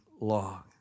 long